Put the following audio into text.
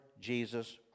jesus